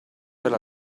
avere